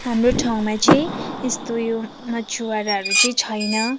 हाम्रो ठाउँमा चाहिँ यस्तो यो मछुवाराहरू चाहिँ छैन